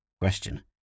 Question